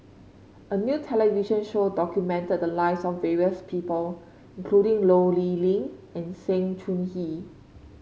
a new television show documented the lives of various people including Ho Lee Ling and Sng Choon Yee